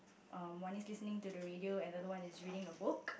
um one is listening to the radio and another one is reading a book